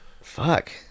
Fuck